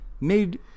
made